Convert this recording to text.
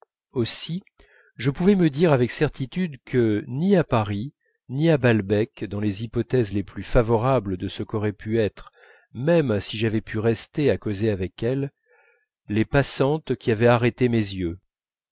aussi je pouvais me dire avec certitude que ni à paris ni à balbec dans les hypothèses les plus favorables de ce qu'auraient pu être même si j'avais pu rester à causer avec elles les passantes qui avaient arrêté mes yeux